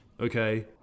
Okay